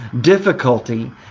difficulty